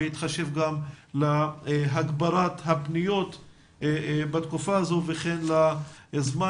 בהתחשב בהגברת מספר הפניות בתקופה הזאת וכן בזמן